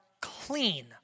clean